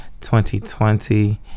2020